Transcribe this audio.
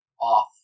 off